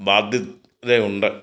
ബാധ്യതയു ണ്ട്